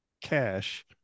cash